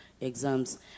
exams